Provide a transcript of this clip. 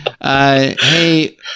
Hey